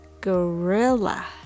gorilla